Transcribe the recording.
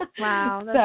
Wow